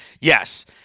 yes